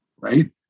right